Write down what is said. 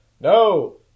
no